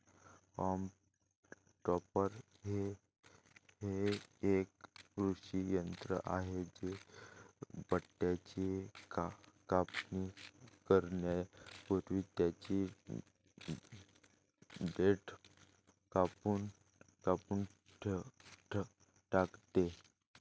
haulm topper हे एक कृषी यंत्र आहे जे बटाट्याची कापणी करण्यापूर्वी त्यांची देठ कापून टाकते